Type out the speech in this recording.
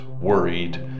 worried